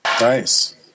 Nice